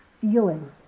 feeling